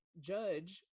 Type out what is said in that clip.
judge